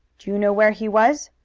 do you know where he was?